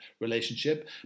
relationship